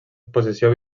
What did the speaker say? possessió